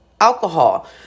alcohol